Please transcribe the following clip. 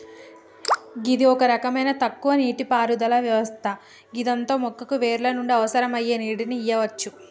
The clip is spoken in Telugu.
గిది ఒక రకమైన తక్కువ నీటిపారుదల వ్యవస్థ గిదాంతో మొక్కకు వేర్ల నుండి అవసరమయ్యే నీటిని ఇయ్యవచ్చు